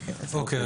אוקיי.